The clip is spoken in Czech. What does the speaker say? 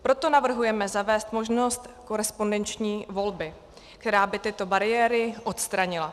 Proto navrhujeme zavést možnost korespondenční volby, která by tyto bariéry odstranila.